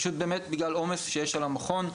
פשוט באמת בגלל עומס שיש על המכון,